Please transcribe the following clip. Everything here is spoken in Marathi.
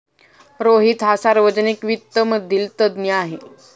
रोहित हा सार्वजनिक वित्त मधील तज्ञ आहे